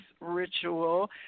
ritual